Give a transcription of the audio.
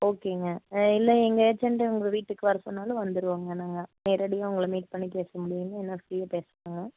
ஓகேங்க இல்லை எங்கள் ஏஜென்ட்டை உங்கள் வீட்டுக்கு வர சொன்னாலும் வந்துருவோங்க நாங்கள் நேரடியாக உங்களை மீட் பண்ணி பேச முடியும்னா இன்னும் ஃப்ரீயாக பேசலாம்ங்க